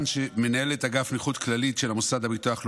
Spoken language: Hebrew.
מנהלת אגף נכות כללית של המוסד לביטוח לאומי,